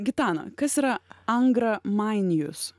gitana kas yra angramainijus